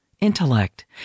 intellect